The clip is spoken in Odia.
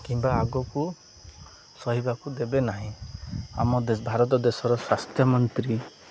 କିମ୍ବା ଆଗକୁ ସହିବାକୁ ଦେବେ ନାହିଁ ଆମ ଭାରତ ଦେଶର ସ୍ୱାସ୍ଥ୍ୟମନ୍ତ୍ରୀ